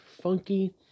funky